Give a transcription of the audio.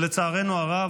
לצערנו הרב,